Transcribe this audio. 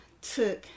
took